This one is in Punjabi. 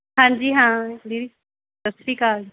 ਹਾਂਜੀ ਹਾਂ ਜੀ ਸਤਿ ਸ਼੍ਰੀ ਅਕਾਲ